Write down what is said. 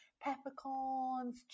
peppercorns